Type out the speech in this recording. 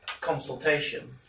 consultation